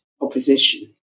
opposition